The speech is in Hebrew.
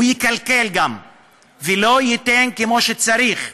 הוא יקלקל גם ולא ייתן כמו שצריך.